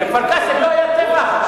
בכפר-קאסם לא היה טבח?